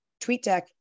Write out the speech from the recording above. TweetDeck